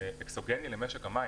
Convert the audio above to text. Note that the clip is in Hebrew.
אקסוגני למשק המים.